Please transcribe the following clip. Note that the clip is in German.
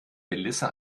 melissa